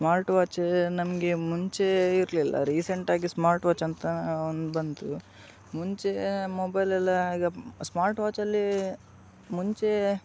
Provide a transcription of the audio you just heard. smart watch ನಮಗೆ ಮುಂಚೆ ಇರಲಿಲ್ಲ ರಿಸೆಂಟ್ ಆಗಿ ಸ್ಮಾರ್ಟ್ ವಾಚ್ ಅಂತ ಒಂದು ಬಂತು ಮುಂಚೆ ಮೊಬೈಲ್ ಎಲ್ಲ ಈಗ ಸ್ಮಾರ್ಟ್ ವಾಚಲ್ಲಿ ಮುಂಚೆ